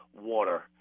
water